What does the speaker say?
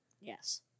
Yes